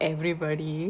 everybody